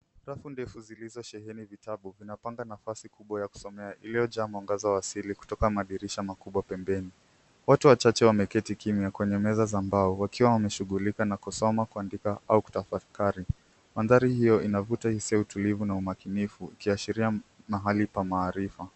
Rafu ndefu zilizosheni vitabu vinapanga nafasi kubwa ya kusomea iliojaa mwanga za waasili kutoka madirisha makubwa pempeni. Watu wachache wameketi kimya kwenye meza za mbao wakiwa wameshughulika na kusoma kuandika na kutafakari. Mandhari hiyo inavita hasira na hisia kwa umakinifu kuashiria mahali pa maarifa.